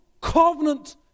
covenant